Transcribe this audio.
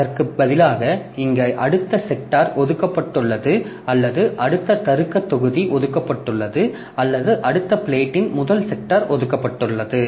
அதற்கு பதிலாக இங்கு அடுத்த செக்டார் ஒதுக்கப்பட்டுள்ளது அல்லது அடுத்த தருக்க தொகுதி ஒதுக்கப்பட்டுள்ளது அல்லது அடுத்த பிளேட்டின் முதல் செக்டார் ஒதுக்கப்பட்டுள்ளது